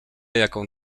jaką